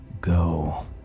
Go